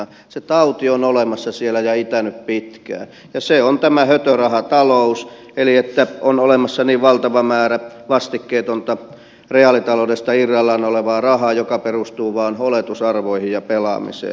se tauti on olemassa siellä ja itänyt pitkään ja se on tämä hötörahatalous eli että on olemassa niin valtava määrä vastikkeetonta reaalitaloudesta irrallaan olevaa rahaa joka perustuu vain oletusarvoihin ja pelaamiseen